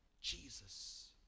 Jesus